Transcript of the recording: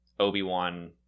Obi-Wan